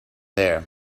there